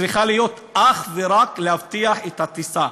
צריכה להיות אך ורק להבטיח את הטיסה.